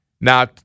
Now